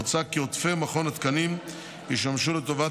מוצע כי עודפי מכון התקנים ישמשו לטובת